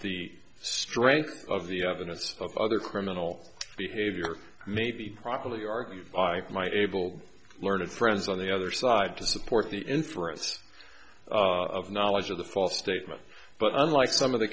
the strength of the evidence of other criminal behavior may be probably argue by my able learned friends on the other side to support the interests of knowledge of the false statement but unlike some of the